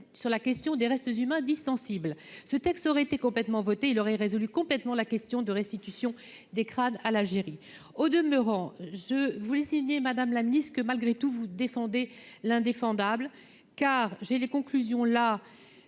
sur la question des restes humains dits sensibles, ce texte aurait été complètement votée, il aurait résolu complètement la question de restitution des crades à l'Algérie, au demeurant je vous madame la mise que malgré tout vous défendez l'indéfendable, car j'ai les conclusions là